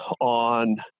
on